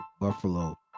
Buffalo